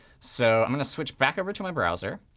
so i'm going to switch back over to my browser.